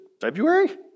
February